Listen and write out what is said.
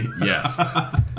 Yes